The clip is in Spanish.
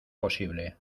posible